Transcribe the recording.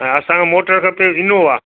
ऐं असांखे मोटर खपे इनोवा